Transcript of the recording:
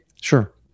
Sure